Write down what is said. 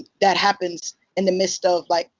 that happens in the midst of, like,